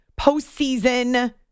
postseason